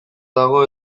dago